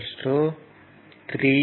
5 I o 0